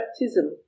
baptism